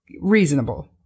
Reasonable